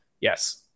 yes